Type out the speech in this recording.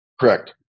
Correct